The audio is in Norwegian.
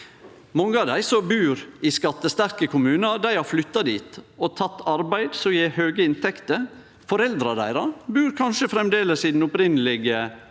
Mange av dei som bur i skattesterke kommunar, har flytt dit og teke arbeid som gjev høg inntekt. Foreldra deira bur kanskje framleis i den opphavelege